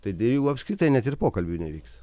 tai dėl jų apskritai net ir pokalbių nevyks